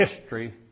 history